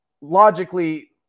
logically